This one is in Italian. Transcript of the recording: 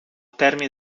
termine